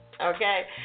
Okay